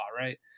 right